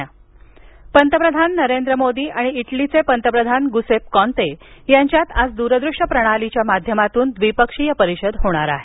Italy परिषद पंतप्रधान नरेंद्र मोदी आणि इटलीचे पंतप्रधान गुसेप काँते यांच्यात आज द्रदृश्य प्रणालीच्या माध्यमातून द्विपक्षीय परिषद होणार आहे